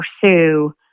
pursue